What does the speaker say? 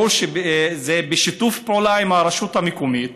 ברור, בשיתוף פעולה עם הרשות המקומית.